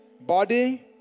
body